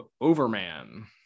overman